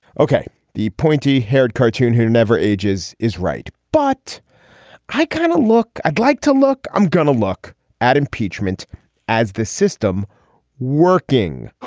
ok the pointy haired cartoon who never ages is right but i kind of look i'd like to look i'm gonna look at impeachment as the system working.